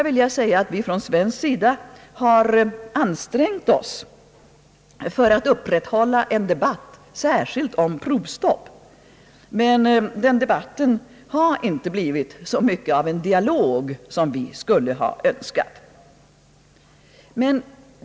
Vi har från svensk sida ansträngt oss för att upprätthålla en debatt särskilt om provstopp, men den debatten har inte blivit så mycket av en dialog som vi hade önskat.